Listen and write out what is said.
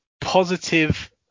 positive